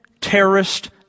terrorist